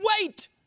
wait